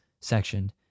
section